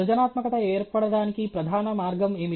సృజనాత్మకత ఏర్పడటానికి ప్రధాన మార్గం ఏమిటి